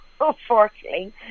unfortunately